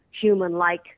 human-like